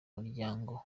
muryango